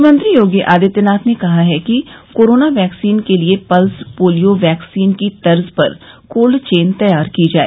मुख्यमंत्री योगी आदित्यनाथ ने कहा कि कोरोना वैक्सीन के लिए पल्स पोलियो वैक्सीन की तर्ज पर कोल्ड चेन तैयार की जाय